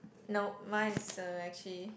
no mine is uh actually